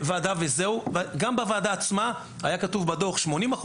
גם בוועדה עצמה היה כתוב בדו"ח שאושרו 80%,